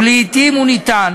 ולעתים הוא ניתן